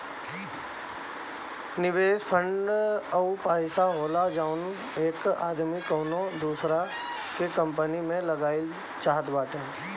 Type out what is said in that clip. निवेस फ़ंड ऊ पइसा होला जउन एक आदमी कउनो दूसर की कंपनी मे लगाए चाहत बाटे